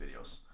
videos